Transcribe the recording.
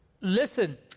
listen